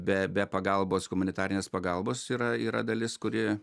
be be pagalbos humanitarinės pagalbos yra yra dalis kuri